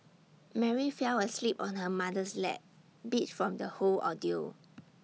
Mary fell asleep on her mother's lap beat from the whole ordeal